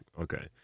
Okay